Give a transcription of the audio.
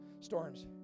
storms